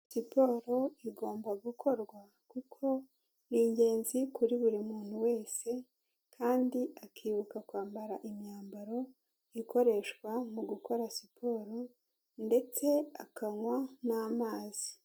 Siporo igomba gukorwa kuko ni ingenzi kuri buri muntu wese kandi akibuka kwambara imyambaro ikoreshwa mu gukora siporo ndetse akanywa n'amazi.